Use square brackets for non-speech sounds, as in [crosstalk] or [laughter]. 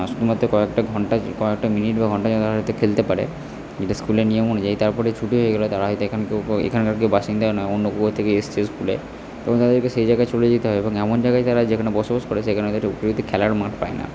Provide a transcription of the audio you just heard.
[unintelligible] কয়েকটা ঘণ্টা কয়েকটা মিনিট বা ঘণ্টা তারা হয়তো খেলতে পারে কিন্তু স্কুলের নিয়ম অনুযায়ী তার পরে ছুটি হয়ে গেলে তারা হয়তো এখন কেউ কেউ এখানকার কেউ বাসিন্দা নয় অন্য কোথাও থেকে এসছে স্কুলে এবং তাদেরকে সেই জায়গায় চলে যেতে হয় কারণ এমন জায়গায় তারা যেখানে বসবাস করে সেখানে তারা উপযুক্ত খেলার মাঠ পায় না